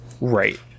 right